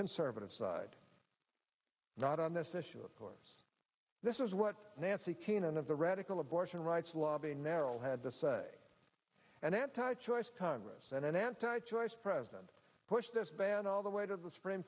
conservative side not on this issue of course this is what nancy keenan of the radical abortion rights lobby natural had the say and anti choice congress and an anti choice president pushed this ban all the way to the supreme